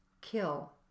kill